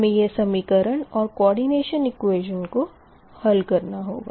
हमें यह समीकरण और कोऑरडिनेशन इकुएशन को हल करना होगा